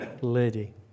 lady